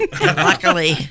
Luckily